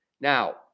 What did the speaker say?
Now